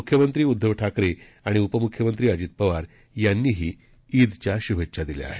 मुख्यमंत्री उद्दव ठाकरे आणि उपमुख्यमंत्री अजित पवार यांनीही ईदच्या शुभेच्छा दिल्या आहेत